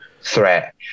threat